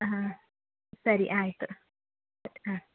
ಹಾಂ ಸರಿ ಆಯಿತು ಹಾಂ